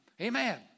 Amen